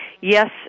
Yes